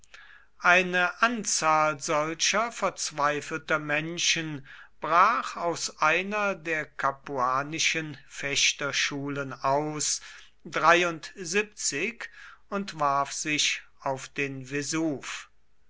eine anzahl solcher verzweifelter menschen brach aus einer der capuanischen fechterschulen aus und warf sich auf den vesuv